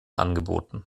angeboten